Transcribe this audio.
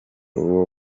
uwo